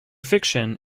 fiction